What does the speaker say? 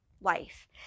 life